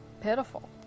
pitiful